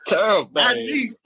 Terrible